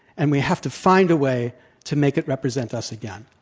and we have to find a way to make it represent us again.